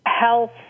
health